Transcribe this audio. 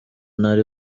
ntari